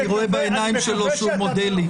אני רואה בעיניים שלו שהוא מודה לי.